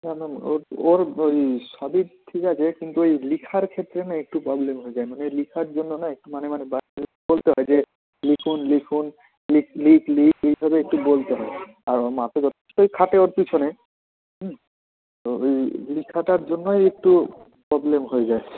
madam ওর ওর ওই সবই ঠিক আছে কিন্তু ওই লিখার ক্ষেত্রে না একটু পবলেম হয়ে যায় মানে লিখার জন্য না একটু মানে মানে মাঝে বলতে হয় যে লিখুন লিখুন লিখ লিখ লিখ এই করে একটু বলতে হয় আর ওর মা তো যথেষ্টই খাটে ওর পিছনে হুম তো ওই লিখাটার জন্যই একটু প্রব্লেম হয়ে যায়